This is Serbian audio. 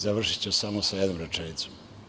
Završiću samo sa jednom rečenicom.